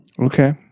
Okay